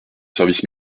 service